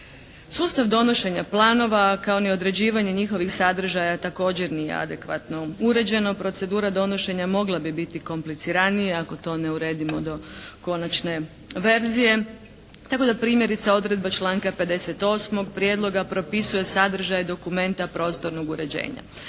Sustav donošenja planova kao ni određivanje njihovih sadržaja također nije adekvatno uređeno, procedura donošenja mogla bi biti kompliciranija ako to ne uredimo do konačne verzije. Tako da primjerice odredba članka 58. prijedloga propisuje sadržaj dokumenta prostornog uređenja.